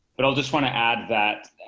but i'll just want to add that